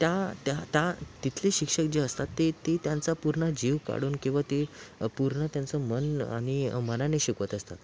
त्या त्या त्या तिथले शिक्षक जे असतात ते ते त्यांचा पूर्ण जीव काढून किंवा ते पूर्ण त्यांचं मन आणि मनाने शिकवत असतात